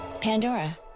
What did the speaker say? Pandora